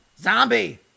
Zombie